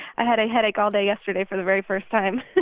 i had a headache all day yesterday for the very first time